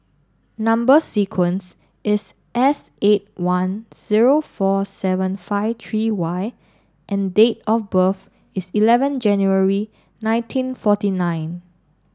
number sequence is S eight one zero four seven five three Y and date of birth is eleven January nineteen forty nine